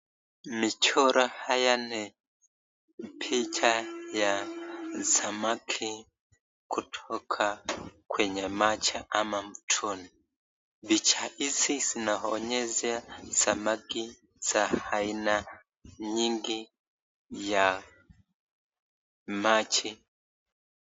Michoro haya ni picha ya samaki kutoka kwenye maji ama mtoni. Picha hizi zinaonyesha samaki za aina nyingi ya maji.